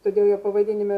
todėl jo pavadinime